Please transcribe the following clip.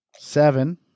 Seven